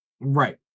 right